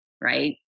right